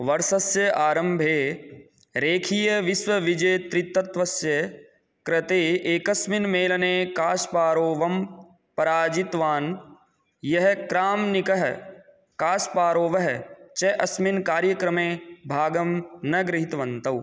वर्षस्य आरम्भे रेखीय विश्वविजेत्री तत्त्वस्य कृते एकस्मिन् मेलने कास्पारोवं पराजितवान् यः क्राम्निकः कास्पारोवः च अस्मिन् कार्यक्रमे भागं न गृहीतवन्तौ